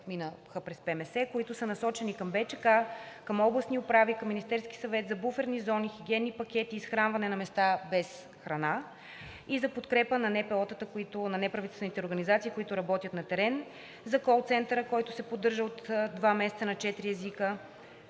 минаха през ПМС, които са насочени към БЧК, към областни управители, Министерския съвет, за буферни зони, хигиенни пакети, изхранване на места без храна и за подкрепа на неправителствените организации, които работят на терен, за колцентъра, който се поддържа от два месеца – на четири